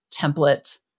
template